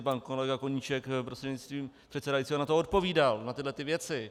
Pan kolega Koníček, prostřednictvím předsedajícího, na to odpovídal, na tyto věci.